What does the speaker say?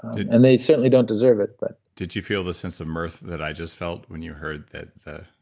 and they certainly don't deserve it but did you feel the sense of mirth that i just felt when you heard that the.